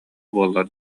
буоллар